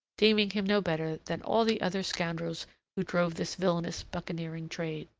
deeming him no better than all the other scoundrels who drove this villainous buccaneering trade.